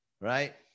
right